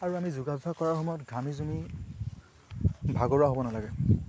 আৰু আমি যোগাভ্যাস কৰাৰ সময়ত ঘামি জামি ভাগৰুৱা হ'ব নালাগে